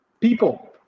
People